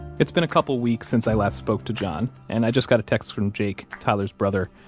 it's been a couple weeks since i last spoke to john, and i just got a text from jake, tyler's brother,